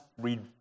read